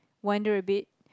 wander a bit